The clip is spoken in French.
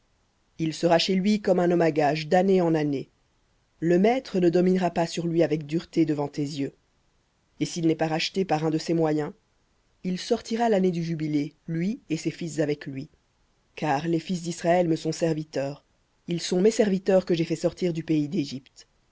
il sera chez lui comme un homme à gages d'année en année le maître ne dominera pas sur lui avec dureté devant tes yeux et s'il n'est pas racheté par un de ces moyens il sortira l'année du jubilé lui et ses fils avec lui car les fils d'israël me sont serviteurs ils sont mes serviteurs que j'ai fait sortir du pays d'égypte